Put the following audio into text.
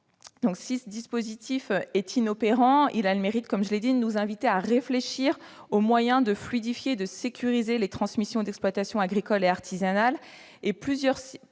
si ce dispositif est inopérant, il a le mérite de nous inviter à réfléchir aux moyens de fluidifier et de sécuriser les transmissions d'exploitations agricoles et artisanales. Plusieurs